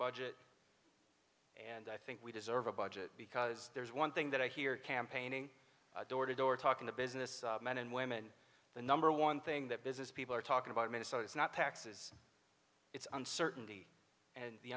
budget and i think we deserve a budget because there's one thing that i hear campaigning door to door talking to business men and women the number one thing that business people are talking about minnesota is not taxes it's uncertainty and the